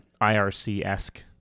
IRC-esque